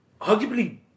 arguably